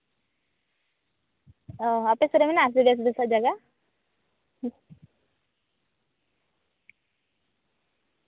ᱚᱸᱻ ᱟᱯᱮ ᱥᱮᱡ ᱨᱮ ᱢᱮᱱᱟᱜᱼᱟ ᱥᱮ ᱵᱮᱥ ᱵᱮᱥᱟᱜ ᱡᱟᱭᱜᱟ